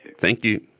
thank you.